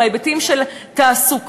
בהיבטים של תעסוקה.